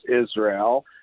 Israel